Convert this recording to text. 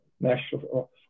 national